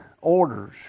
orders